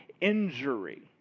injury